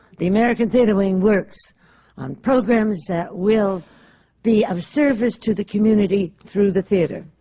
the american theatre wing works on programs that will be of service to the community through the theatre,